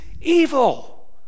evil